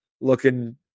looking